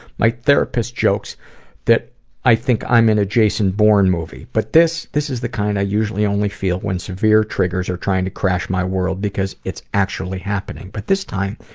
my therapist jokes that i think i'm in a jason bourne movie. but this this is the kind i usually only feel when severe triggers are trying to crash my world, because it's actually happening. but this time,